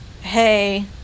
Hey